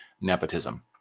nepotism